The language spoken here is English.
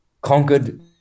conquered